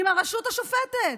עם הרשות השופטת.